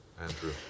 Andrew